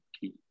key